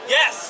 Yes